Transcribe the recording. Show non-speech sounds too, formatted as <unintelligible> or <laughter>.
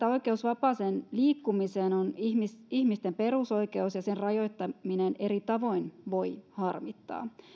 <unintelligible> oikeus vapaaseen liikkumiseen on ihmisten perusoikeus ja on ymmärrettävää että sen rajoittaminen eri tavoin voi harmittaa